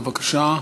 בבקשה.